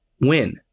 win